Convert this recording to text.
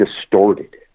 distorted